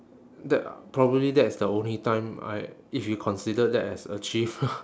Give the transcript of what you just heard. that probably that is the only time I if you consider that as achieve